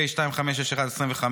פ/4865/25,